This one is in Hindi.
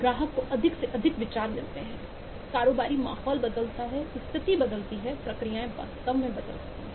ग्राहक को अधिक से अधिक विचार मिलते हैं कारोबारी माहौल बदलता है स्थिति बदलती है प्रक्रियाएं वास्तव में बदल रही हैं